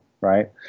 right